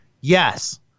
Yes